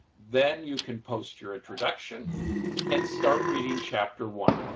then you can post your introduction and start reading chapter one.